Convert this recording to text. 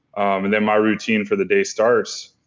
and then my routine for the day starts.